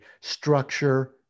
structure